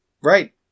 Right